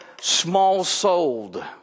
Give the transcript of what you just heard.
small-souled